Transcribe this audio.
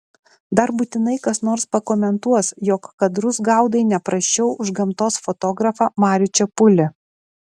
dar būtinai kas nors pakomentuos jog kadrus gaudai ne prasčiau už gamtos fotografą marių čepulį